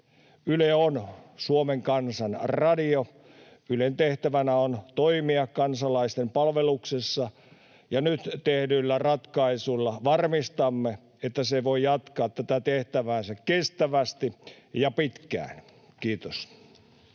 Yle on Suomen kansan radio. Ylen tehtävänä on toimia kansalaisten palveluksessa, ja nyt tehdyillä ratkaisuilla varmistamme, että se voi jatkaa tätä tehtäväänsä kestävästi ja pitkään. — Kiitos.